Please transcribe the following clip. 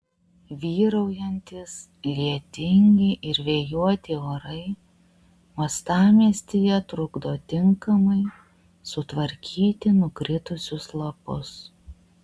vyraujantys lietingi ir vėjuoti orai uostamiestyje trukdo tinkamai sutvarkyti nukritusius lapus